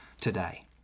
today